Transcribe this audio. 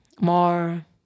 more